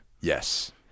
Yes